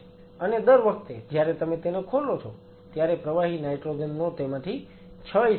અને દર વખતે જ્યારે તમે તેને ખોલો છો ત્યારે પ્રવાહી નાઈટ્રોજન નો તેમાંથી ક્ષય થાય છે